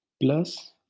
plus